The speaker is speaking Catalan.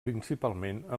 principalment